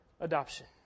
adoption